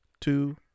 two